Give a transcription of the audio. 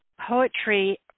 Poetry